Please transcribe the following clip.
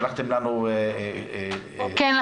כן,